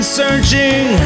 searching